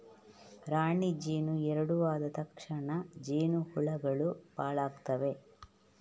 ರಾಣಿ ಜೇನು ಎರಡು ಆದ ತಕ್ಷಣ ಜೇನು ಹುಳಗಳು ಪಾಲಾಗ್ತವೆ